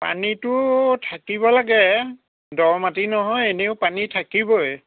পানীটো থাকিব লাগে দ' মাটি নহয় এনেও পানী থাকিবই